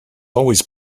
always